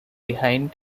behind